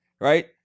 right